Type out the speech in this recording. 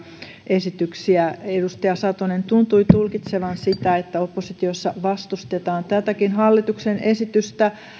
esityksiä edustaja satonen tuntui tulkitsevan että oppositiossa vastustetaan tätäkin hallituksen esitystä